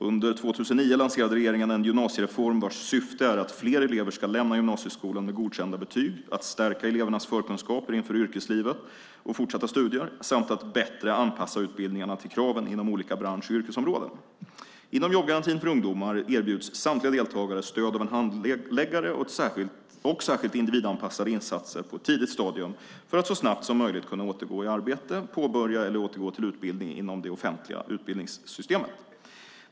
Under 2009 lanserade regeringen en gymnasiereform vars syfte är att fler elever ska lämna gymnasieskolan med godkända betyg, att stärka elevernas förkunskaper inför yrkesliv och fortsatta studier samt att bättre anpassa utbildningarna till kraven inom olika bransch och yrkesområden. Inom jobbgarantin för ungdomar erbjuds samtliga deltagare stöd av en handläggare och särskilt individanpassade insatser på ett tidigt stadium för att så snabbt som möjligt kunna gå till arbete, påbörja eller återgå till utbildning inom det offentliga utbildningssystemet.